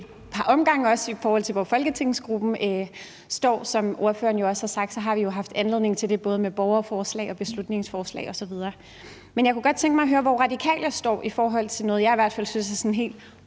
et par omgange, også i forhold til hvor folketingsgruppen står. Som ordføreren også har sagt, har vi haft anledning til det både med borgerforslag, beslutningsforslag osv. Men jeg kunne godt tænke mig at høre, hvor Radikale står i forhold til noget, jeg i hvert fald synes er sådan helt